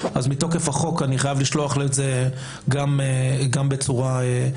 מתוקף החוק אני חייב לשלוח לו את זה גם בצורה כתובה.